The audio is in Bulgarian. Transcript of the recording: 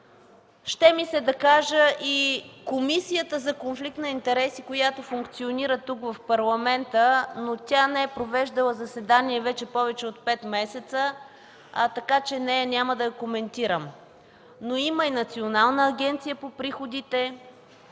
ще ми се да кажа и Комисията за конфликт на интереси, която функционира тук, в Парламента, но тя не е провеждала заседание вече повече от пет месеца, така че нея няма да коментирам. Има и Национална агенция по приходите,